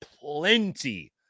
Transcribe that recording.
plenty